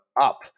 up